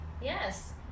Yes